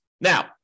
Now